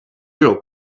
real